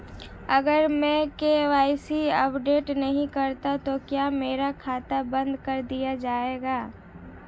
अगर मैं KYC update नहीं करता तो क्या मेरा खाता बंद कर दिया जाएगा?